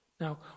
Now